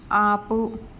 ఆపు